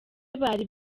bari